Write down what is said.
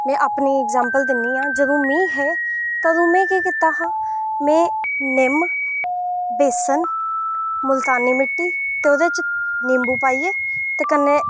में अपनी इग्जाम्पल दिन्नी आं जदूं नी हे तदूं में केह् कीता हा में निम बेसन मुलतानी मित्ती ते ओहदे बिच निंबू पाइयै ते कन्नै